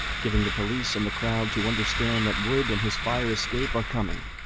giving the police and the crowd to understand that wood and his fire-escape are coming.